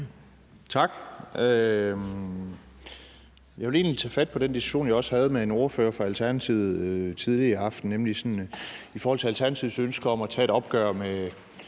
Tak. Jeg vil egentlig tage fat på den diskussion, som jeg også havde med en ordfører fra Alternativet tidligere i aftes, nemlig i forhold til Alternativets ønske om at tage et opgør med